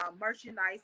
merchandise